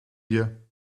dir